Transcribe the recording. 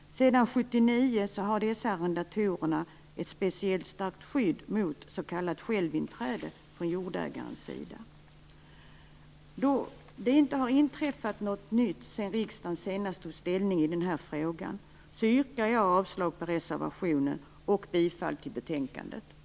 Sedan 1979 har dessa arrendatorer ett speciellt starkt skydd mot s.k. Då det inte har inträffat något nytt sedan riksdagen senast tog ställning i den här frågan yrkar jag avslag på reservationen och bifall till utskottets hemställan i betänkandet.